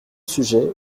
sujet